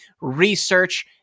research